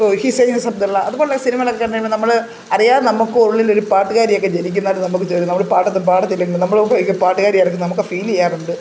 his Highness Abdullah അത് പോലെയുള്ള സിനിമകളൊക്കെ കണ്ട് കഴിയുമ്പം നമ്മൾ അറിയാതെ നമുക്കും ഉള്ളിലൊരു പാട്ടുകാരിയൊക്കെ ജനിക്കുന്നതായിട്ട് നമുക്ക് ചേരും നമ്മൾ പാട്ടൊന്നും പാടില്ലെങ്കിലും നമ്മളൊരു പാട്ടുകാരിയായിട്ട് നമുക്ക് ഫീൽ ചെയ്യാറുണ്ട്